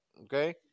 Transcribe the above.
Okay